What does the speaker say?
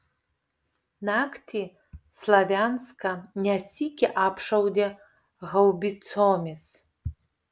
naktį slavianską ne sykį apšaudė haubicomis